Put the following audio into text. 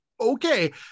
Okay